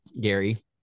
Gary